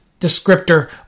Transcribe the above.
descriptor